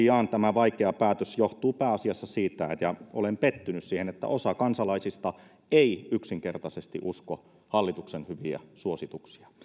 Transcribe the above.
ja tosiaan tämä vaikea päätös johtuu pääasiassa siitä ja olen pettynyt siihen että osa kansalaisista ei yksinkertaisesti usko hallituksen hyviä suosituksia